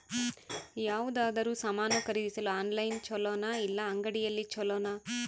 ಯಾವುದಾದರೂ ಸಾಮಾನು ಖರೇದಿಸಲು ಆನ್ಲೈನ್ ಛೊಲೊನಾ ಇಲ್ಲ ಅಂಗಡಿಯಲ್ಲಿ ಛೊಲೊನಾ?